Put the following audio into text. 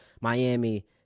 Miami